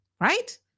Right